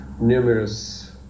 numerous